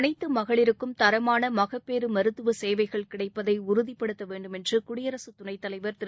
அனைத்து மகளிருக்கும் தரமானமகப்பேறு மருத்துவ சேவைகள் கிடைப்பதை உறுதிப்படுத்த வேண்டும் என்று குடியரசு துணைத் தலைவர் திரு